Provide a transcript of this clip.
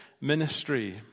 ministry